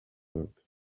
work